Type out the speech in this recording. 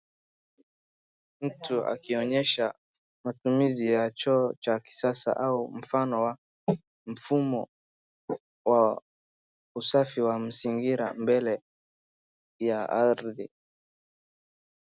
Mtu akionyesha matumizi ya choo ya kisasa au mfano wa mfumo wa usafi wa mazingira mbele ya ardhi.